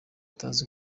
utazi